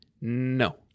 No